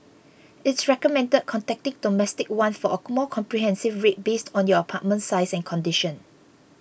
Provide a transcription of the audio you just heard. it's recommended contacting Domestic One for a more comprehensive rate based on your apartment size and condition